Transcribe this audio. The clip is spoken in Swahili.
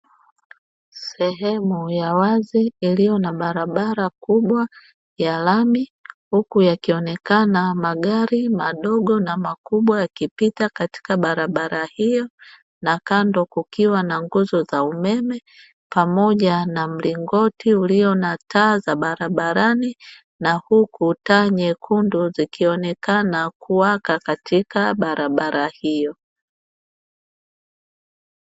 Sehemu ya wazi iliyo na barabara kubwa ya lami huku yakionekana magari madogo na makubwa yakipita katika barabara hiyo na kando kukiwa na nguzo za umeme pamoja na mlingoti ulio na taa za barabarani na huku taa nyekundu zikionekana kuwaka katika barabara hiyo.